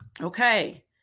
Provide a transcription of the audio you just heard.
Okay